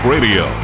Radio